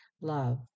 Love